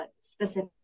specific